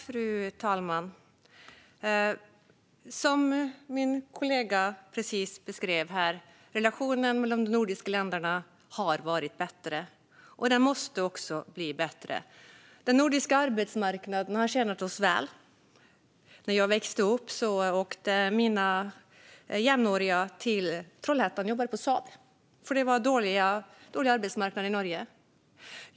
Fru talman! Som min kollega precis beskrev har relationen mellan de nordiska länderna varit bättre. Den måste bli bättre. Den nordiska arbetsmarknaden har tjänat oss väl. När jag växte upp åkte mina jämnåriga till Trollhättan och jobbade på Saab, för det var en dålig arbetsmarknad i Norge.